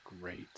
great